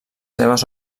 seves